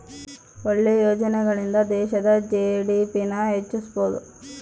ಒಳ್ಳೆ ಯೋಜನೆಗಳಿಂದ ದೇಶದ ಜಿ.ಡಿ.ಪಿ ನ ಹೆಚ್ಚಿಸ್ಬೋದು